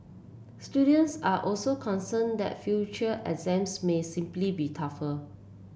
students are also concerned that future exams may simply be tougher